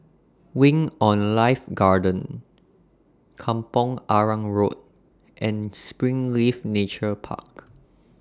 Wing on Life Garden Kampong Arang Road and Springleaf Nature Park